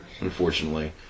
unfortunately